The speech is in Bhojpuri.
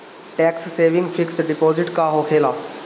टेक्स सेविंग फिक्स डिपाँजिट का होखे ला?